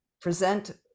present